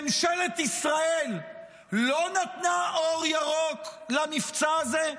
ממשלת ישראל לא נתנה אור ירוק למבצע הזה?